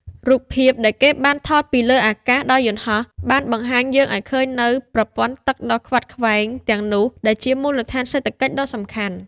រូបភាពដែលគេបានថតពីលើអាកាសដោយយន្តហោះ បានបង្ហាញយើងឱ្យឃើញនូវ ប្រព័ន្ធទឹកដ៏ខ្វាត់ខ្វែង ទាំងនោះ ដែលជា មូលដ្ឋានសេដ្ឋកិច្ច ដ៏សំខាន់។